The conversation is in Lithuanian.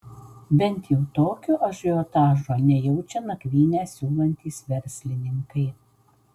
bent jau tokio ažiotažo nejaučia nakvynę siūlantys verslininkai